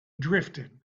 drifted